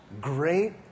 great